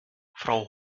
frau